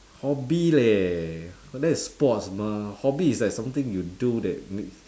hobby leh that is sports mah hobby is like something you do that makes